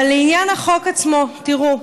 אבל לעניין החוק עצמו, תראו,